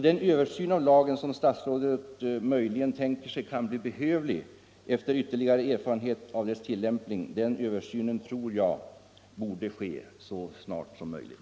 Den översyn av lagen som statsrådet möjligen tänker sig kan bli behövlig efter ytterligare erfarenhet av dess tillämpning, tror jag borde ske så snart som möjligt.